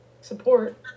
Support